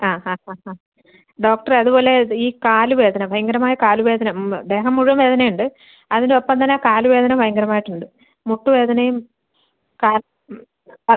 ആ ആ ആ ആ ഡോക്ടർ അത് പോലെ ഈ കാലുവേദന ഭയങ്കരമായ കാലുവേദന ദേഹം മുഴുവൻ വേദന ഉണ്ട് അതിൻ്റെ ഒപ്പം തന്നെ കാലുവേദന ഭയങ്കരമായിട്ട് ഉണ്ട് മുട്ടുവേദനയും കാൽ